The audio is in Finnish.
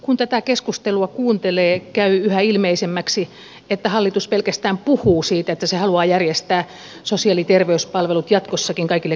kun tätä keskustelua kuuntelee käy yhä ilmeisemmäksi että hallitus pelkästään puhuu siitä että se haluaa järjestää sosiaali ja terveyspalvelut jatkossakin kaikille kansalaisille